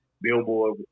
Billboard